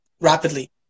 rapidly